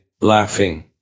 laughing